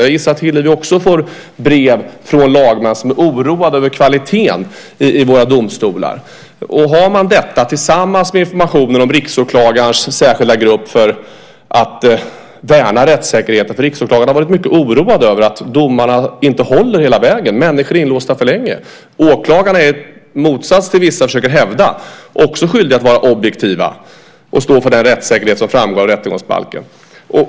Jag gissar att Hillevi också får brev från lagmän som är oroade över kvaliteten i våra domstolar. Detta kan man se tillsammans med informationen om riksåklagarens särskilda grupp för att värna rättssäkerheten. Riksåklagaren har ju varit mycket oroad över att domarna inte håller hela vägen. Människor är inlåsta för länge. Åklagarna är, i motsats till vad vissa försöker hävda, också skyldiga att vara objektiva och stå för den rättssäkerhet som framgår av rättegångsbalken.